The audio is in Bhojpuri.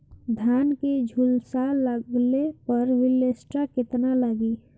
धान के झुलसा लगले पर विलेस्टरा कितना लागी?